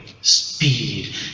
speed